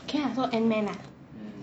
can I though antman ah